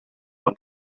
and